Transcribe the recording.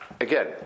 again